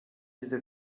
diese